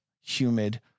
humid